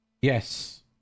yes